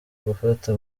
gufata